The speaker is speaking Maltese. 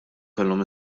kellhom